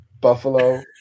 Buffalo